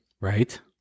Right